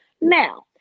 Now